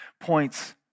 points